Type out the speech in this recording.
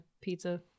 pizza